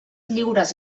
lliures